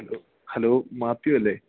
hello മാർട്ടിതല്ലേ